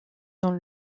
dans